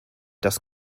das